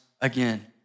again